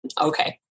okay